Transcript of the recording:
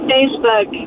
Facebook